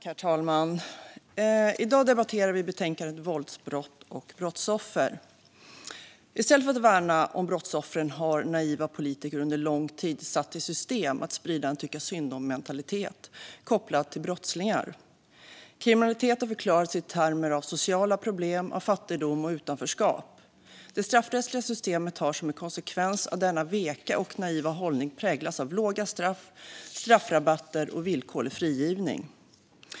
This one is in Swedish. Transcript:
Herr talman! I dag debatterar vi betänkandet Våldsbrott och brotts offer . I stället för att värna brottsoffren har naiva politiker under lång tid satt i system att sprida en tycka-synd-om-mentalitet kopplad till brottslingar. Kriminalitet har förklarats i termer av sociala problem, fattigdom och utanförskap. Det straffrättsliga systemet har som en konsekvens av denna veka och naiva hållning präglats av låga straff, straffrabatter och villkorlig frigivning.